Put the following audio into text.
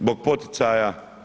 Zbog poticaja.